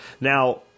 Now